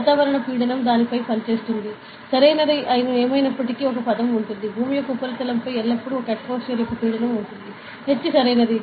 వాతావరణ పీడనం దానిపై పనిచేస్తుంది సరైనది ఏమైనప్పటికీ ఒక పదం ఉంది భూమి యొక్క ఉపరితలంపై ఎల్లప్పుడూ 1 atmosphere యొక్క పీడనం ఉంటుంది h సరైనది